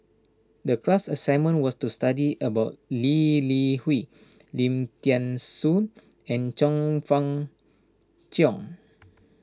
the class assignment was to study about Lee Li Hui Lim thean Soo and Chong Fah Cheong